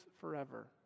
forever